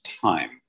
time